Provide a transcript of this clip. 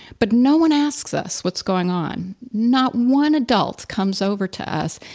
but no one asks us what's going on. not one adult comes over to us.